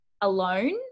alone